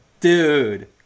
Dude